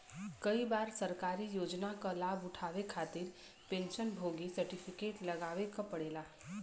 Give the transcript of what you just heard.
कई बार सरकारी योजना क लाभ उठावे खातिर पेंशन भोगी सर्टिफिकेट लगावे क पड़ेला